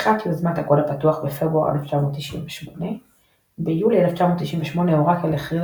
פתיחת "יוזמת הקוד הפתוח" בפברואר 1998; ביולי 1998 אורקל הכריזה